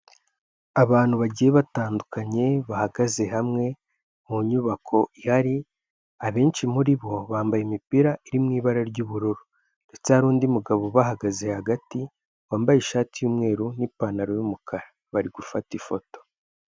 Abantu bagiye batandukanye, bahagaze hamwe, mu nyubako ihari, abenshi muri bo bambaye imipira iri mu ibara ry'ubururu, ndetse hari undi mugabo ubahagaze hagati, wambaye ishati y'umweru n'ipantaro y'umukara, bari gufata ifoto.